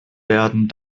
werden